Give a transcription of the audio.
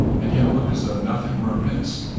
and yet look as though nothing were amiss,